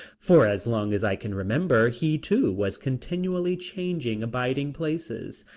for as long as i can remember he too was continually changing abiding places.